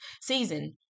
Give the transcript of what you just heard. season